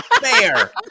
Fair